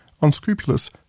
unscrupulous